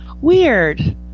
weird